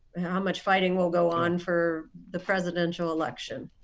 how much fighting will go on for the presidential election.